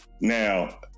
Now